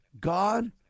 God